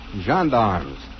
Gendarmes